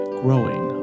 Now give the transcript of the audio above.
growing